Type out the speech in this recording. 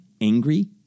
angry